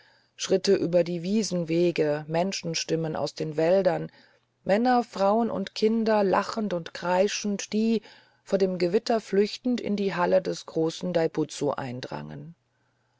schritte über die wiesenwege menschenstimmen aus den wäldern männer frauen und kinder lachend und kreischend die vor dem gewitter flüchtend in die halle des großen daibutsubildes eindrangen